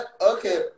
okay